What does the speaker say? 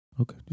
Okay